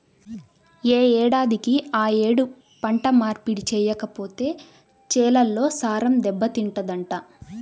యే ఏడాదికి ఆ యేడు పంట మార్పిడి చెయ్యకపోతే చేలల్లో సారం దెబ్బతింటదంట